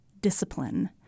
discipline